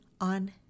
on